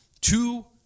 two